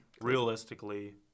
Realistically